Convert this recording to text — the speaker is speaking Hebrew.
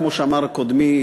כמו שאמר קודמי,